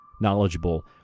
knowledgeable